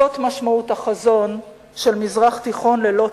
זו משמעות החזון של מזרח תיכון ללא ציונים,